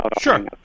Sure